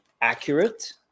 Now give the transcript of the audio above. accurate